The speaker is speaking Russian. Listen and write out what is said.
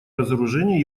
разоружение